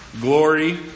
glory